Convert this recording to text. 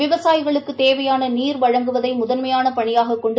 விவசாயிகளுக்கு தேவையான நீர் வழங்குவதை முதன்மையானப் பணியாகக் கொண்டு